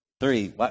three